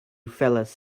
fellas